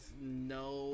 no